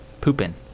Pooping